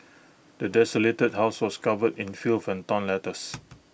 the desolated house was covered in filth and torn letters